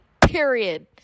period